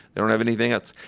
they don't have anything else.